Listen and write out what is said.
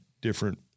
different